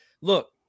Look